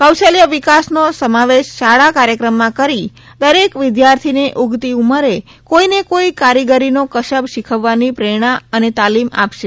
કૌશલ્ય વિકાસનો સમાવેશ શાળા અભ્યાસક્રમમાં કરી દરેક વિદ્યાર્થી ને ઊગતી ઉમરે કોઈને કોઈ કારીગગરીનો કસબ શીખવાની પ્રેરણા અને તાલીમ આપશે